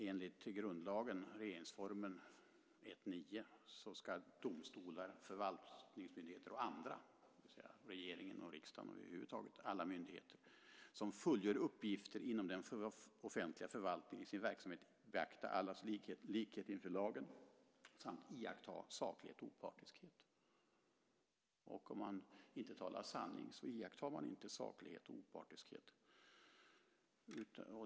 Enligt grundlagen, regeringsformen 1 kap. 9 §, ska domstolar, förvaltningsmyndigheter och andra - det vill säga regeringen, riksdagen och över huvud taget alla myndigheter - som fullgör uppgifter inom den offentliga förvaltningen i sin verksamhet beakta allas likhet inför lagen samt iaktta saklighet och opartiskhet. Om man inte talar sanning iakttar man inte saklighet och opartiskhet.